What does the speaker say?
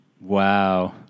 Wow